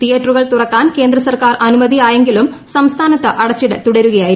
തീയറ്ററുകൾ തുറക്കാൻ കേന്ദ്ര സർക്കാർ അനുമതിയായെങ്കിലും സംസ്ഥാനത്ത് അടച്ചിടൽ തുടരുകയായിരുന്നു